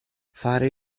fare